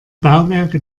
bauwerke